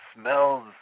smells